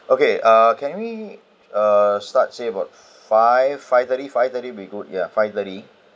okay uh can we uh start say about five five thirty-five thirty will be good ya five-thirty